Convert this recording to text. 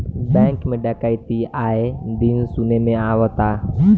bank में डकैती आये दिन सुने में आवता